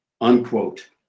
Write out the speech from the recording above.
unquote